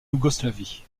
yougoslavie